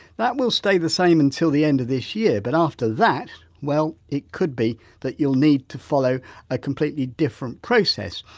that will stay the same until the end of this year but after that well it could be that you'll need to follow a completely different process,